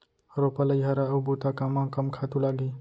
रोपा, लइहरा अऊ बुता कामा कम खातू लागही?